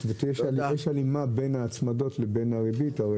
כלומר, יש הלימה בין ההצמדות לבין הריבית.